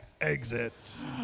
exits